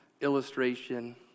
illustration